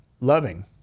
loving